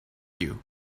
you